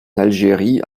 algérie